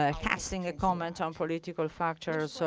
ah casting a comment on political fractures, so